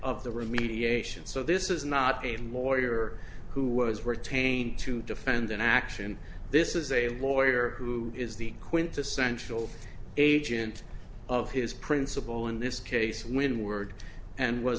of the remediation so this is not a lawyer who was retained to defend an action this is a lawyer who is the quintessential agent of his principle in this case when word and was